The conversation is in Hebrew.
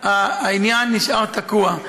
העניין נשאר תקוע.